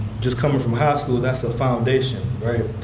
just coming from high school, that's a foundation, right?